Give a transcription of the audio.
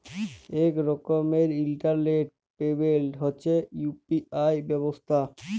ইক রকমের ইলটারলেট পেমেল্ট হছে ইউ.পি.আই ব্যবস্থা